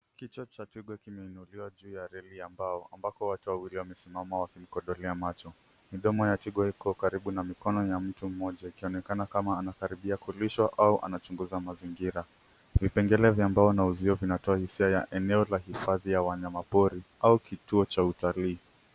Kichwa cha twiga kimeinuliwa juu ya reli ya mbao ambako watu wawili wamesimama wakimkodolea macho. Mdomo ya twiga iko karibu na mikono ya mtu mmoja, ikionekana kama anakaribia kulishwa au anachunguza mazingira. Vipengele vya mbao na uzio vinatoa hisia ya eneo la hifadhi ya wanyamapori au kituo cha utalii.